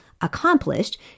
accomplished